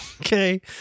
Okay